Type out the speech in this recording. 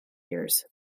years